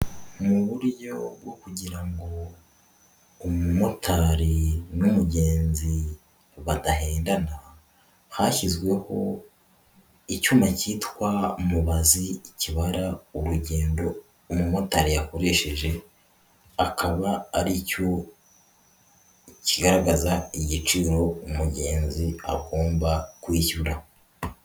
Ni uburyo bwo kugira ngo umumotari n'umugenzi badahendana hashyizweho icyuma cyitwa mubazi kibara urugendo umumotari yakoresheje, akaba ari cyo kigaragaza igiciro umugenzi agomba kwishyura.